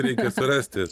reikia surasti